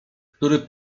który